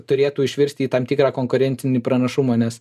turėtų išvirsti į tam tikrą konkurencinį pranašumą nes